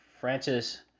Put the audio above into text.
Francis